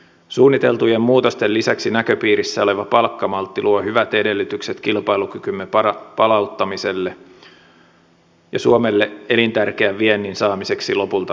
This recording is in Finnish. suunniteltujen muutosten lisäksi näköpiirissä oleva palkkamaltti luo hyvät edellytykset kilpailukykymme palauttamiselle ja suomelle elintärkeän viennin saamiseksi lopulta nousuun